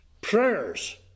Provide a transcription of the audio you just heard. prayers